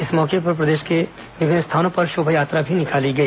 इस मौके पर प्रदेश के विभिन्न स्थानों पर शोभायात्रा भी निकाली गई